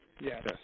yes